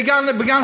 לגן סאקר.